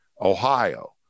Ohio